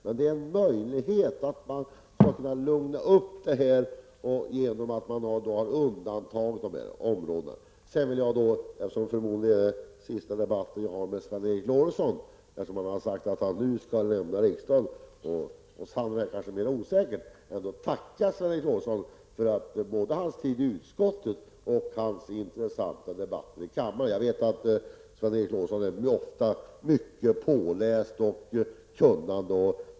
Men den innebär en möjlighet att lugna ner detta genom att man har undantag på dessa områden. Detta är förmodligen sista gången som jag debatterar med Sven Eric Lorentzon, eftersom han har sagt att han nu skall lämna riksdagen -- för oss andra är det kanske mer osäkert -- vill jag tacka honom för hans tid i utskottet och hans intressanta debatter i kammaren. Jag vet att Sven Eric Lorentzon ofta är mycket påläst och kunnig.